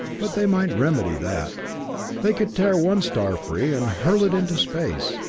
but they might remedy that they could tear one star free and hurl it into space,